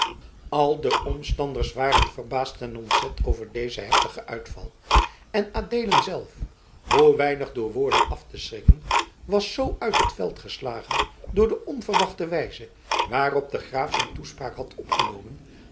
al de omstanders waren verbaasd en ontzet over dezen heftigen uitval en adeelen zelf hoe weinig door woorden af te schrikken was zoo uit het veld geslagen door de onverwachte wijze waarop de graaf zijn toespraak had opgenomen